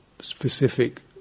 specific